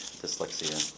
dyslexia